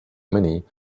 many